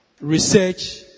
research